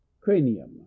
Cranium